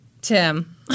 Tim